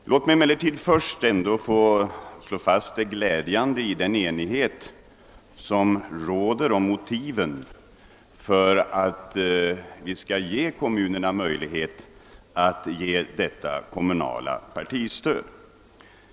Låt mig först slå fast det glädjande i att enighet råder om motiven för att kommunerna skall ges möjligheter att lämna detta kommunala partistöd.